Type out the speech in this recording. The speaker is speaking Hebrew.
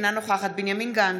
אינה נוכחת בנימין גנץ,